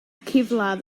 kevlar